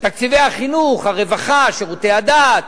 תקציבי החינוך, הרווחה, שירותי הדת,